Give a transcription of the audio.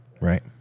Right